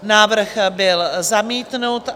Návrh byl zamítnut.